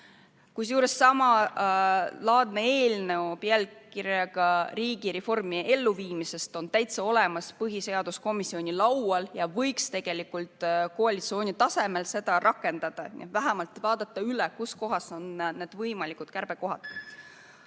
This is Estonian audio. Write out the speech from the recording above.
Kusjuures eelnõu pealkirjaga "Riigireformi elluviimisest" on täitsa olemas põhiseaduskomisjoni laual ja seda võiks tegelikult koalitsiooni tasemel rakendada, vähemalt vaadata üle, kus kohas on võimalikud kärpekohad.